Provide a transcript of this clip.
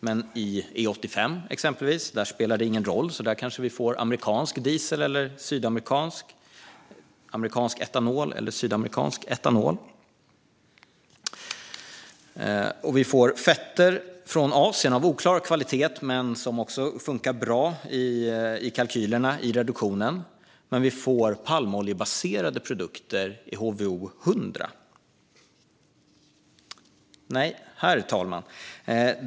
Men i exempelvis E85 spelar det ingen roll. Där kanske vi kanske får amerikansk eller sydamerikansk etanol. Vi får fetter från Asien av oklar kvalitet. De fungerar bra i kalkylerna för reduktionen. Men vi får palmoljebaserade produkter i HVO 100. Herr talman!